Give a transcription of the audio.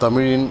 தமிழின்